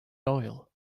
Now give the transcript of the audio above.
loyal